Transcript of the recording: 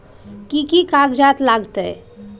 कि कि कागजात लागतै?